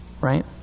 right